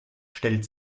stellt